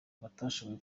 batashoboye